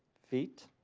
feet,